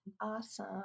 Awesome